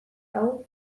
hau